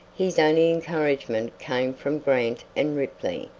his only encouragement came from grant and ripley,